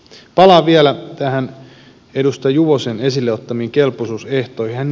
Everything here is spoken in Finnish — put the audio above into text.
palaan vielä näihin edustaja juvosen esille ottamiin kelpoisuusehtoihin